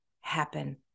happen